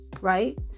Right